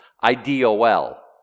I-D-O-L